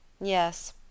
Yes